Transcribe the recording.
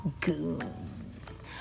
goons